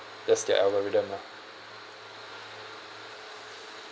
that's their algorithm lah